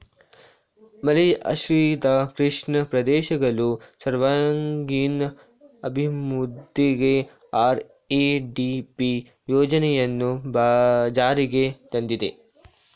ಮಳೆಯಾಶ್ರಿತ ಕೃಷಿ ಪ್ರದೇಶಗಳು ಸರ್ವಾಂಗೀಣ ಅಭಿವೃದ್ಧಿಗೆ ಆರ್.ಎ.ಡಿ.ಪಿ ಯೋಜನೆಯನ್ನು ಜಾರಿಗೆ ತಂದಿದೆ